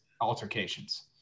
altercations